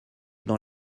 dans